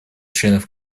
членов